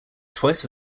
twice